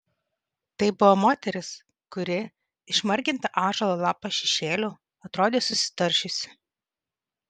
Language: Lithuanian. tai buvo moteris kuri išmarginta ąžuolo lapo šešėlių atrodė susitaršiusi